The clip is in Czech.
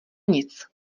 nic